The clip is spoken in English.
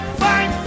fight